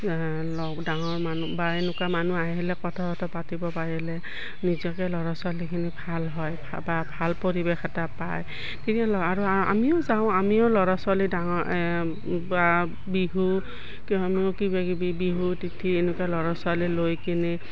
ডাঙৰ মানুহ বা এনেকুৱা মানুহ আহিলে কথা চথা পাতিব পাৰিলে নিজকে ল'ৰা ছোৱালীখিনি ভাল হয় বা ভাল পৰিৱেশ এটা পায় তেতিয়া আৰু আমিও যাওঁ আমিও ল'ৰা ছোৱালী ডাঙৰ বা বিহু আমিও কিবা কিবি বিহু তিথি এনেকুৱা ল'ৰা ছোৱালী লৈ কিনে